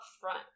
front